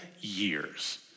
years